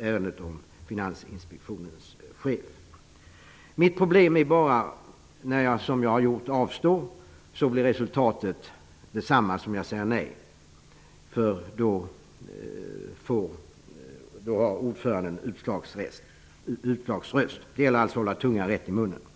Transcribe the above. ärendet om Finansinspektionens chef. Mitt problem är att om jag avstår, blir resultatet detsamma som om jag säger nej. Då har ordföranden utslagsröst. Det gäller att hålla tungan rätt i mun.